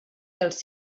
dels